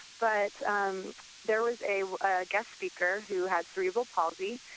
but um there was a guest speaker who had cerebral palsy.